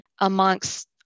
amongst